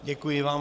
Děkuji vám.